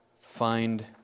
find